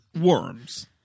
Worms